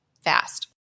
fast